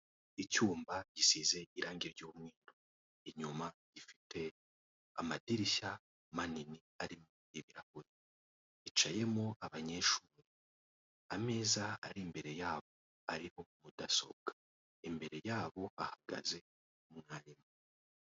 Icyuma gisize irange ry'umweru inyuma gifite amadirishya manini arimo ibirahure hicayemo abanyeshuri ameza ari imbere yabo ariho mudasobwa imbere yabo hahagaze umwarimu.